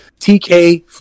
TK